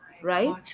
right